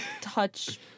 touch